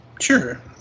Sure